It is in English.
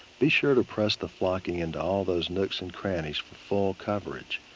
be sure to press the flocking and all those nooks and crannies for full coverage.